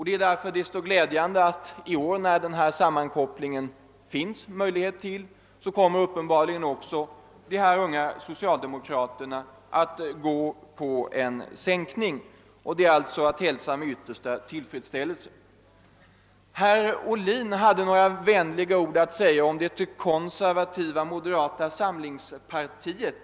Det är därför desto mera glädjande att kunna konstatera att när det som i år finns möjlighet att göra denna sammankoppling, så kommer uppenbarligen också dessa unga socialdemokrater att ansluta sig till den linje som vill åstadkomma en sänkning. Herr Ohlin sade några vänliga ord om det »konservativa» moderata samlingspartiet.